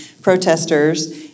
protesters